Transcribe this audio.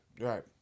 Right